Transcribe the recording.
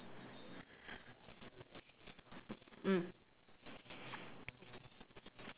mm